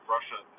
Russia